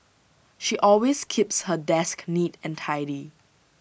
she always keeps her desk neat and tidy